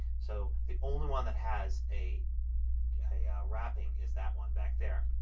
so the only one that has a a wrapping is that one back there.